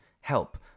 help